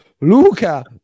Luca